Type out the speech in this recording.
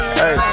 hey